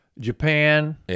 Japan